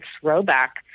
throwback